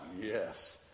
yes